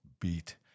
beat